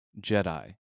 Jedi